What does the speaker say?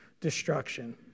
destruction